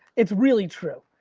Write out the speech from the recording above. it's really true.